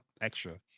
Extra